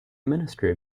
minister